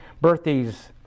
birthdays